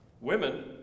Women